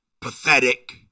pathetic